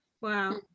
Wow